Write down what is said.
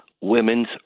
women's